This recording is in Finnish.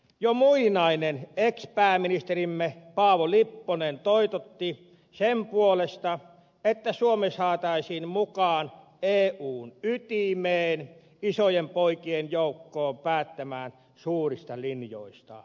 jo muinainen ex pääministerimme paavo lipponen toitotti sen puolesta että suomi saataisiin mukaan eun ytimeen isojen poikien joukkoon päättämään suurista linjoista